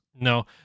no